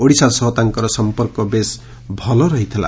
ଓଡିଶା ସହ ତାଙ୍କର ସମ୍ପର୍କ ବେଶ୍ ଭଲ ରହିଥିଲା